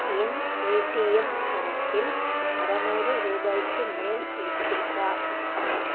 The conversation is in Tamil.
என் பேடிஎம் கணக்கில் அறநூறு ரூபாய்க்கு மேல் இருக்கிறதா